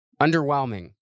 underwhelming